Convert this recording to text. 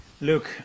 Look